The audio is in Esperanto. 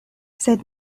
sed